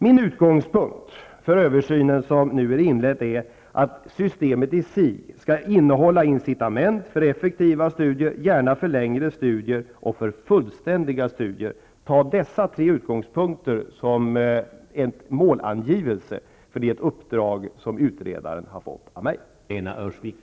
Min utgångspunkt för den översyn som nu är inledd är att systemet i sig skall innehålla incitament för effektiva studier, gärna för längre studier och för fullständiga studier. Ta dessa tre utgångspunkter som en målangivelse, eftersom det är ett uppdrag som utredaren har fått av mig.